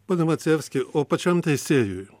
pone macijevski o pačiam teisėjui